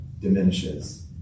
diminishes